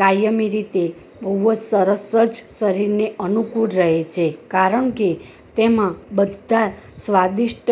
કાયમી રીતે બહું જ સરસ જ શરીરને અનુકૂળ રહે છે કારણ કે તેમાં બધાં સ્વાદિષ્ટ